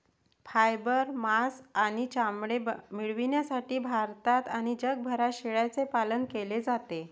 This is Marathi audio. फायबर, मांस आणि चामडे मिळविण्यासाठी भारतात आणि जगभरात शेळ्यांचे पालन केले जाते